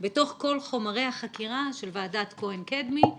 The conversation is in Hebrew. כל חומרי החקירה של ועדת כהן-קדמי.